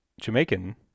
Jamaican